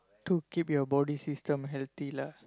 to keep your body system healthy lah